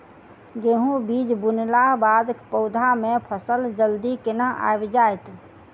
गेंहूँ बीज बुनला बाद पौधा मे फसल जल्दी केना आबि जाइत?